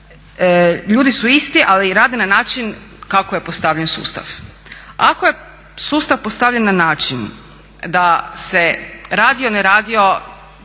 ljudi su isti ali rade na način kako je postavljen sustav. Ako je sustav postavljen način da se radio ne radio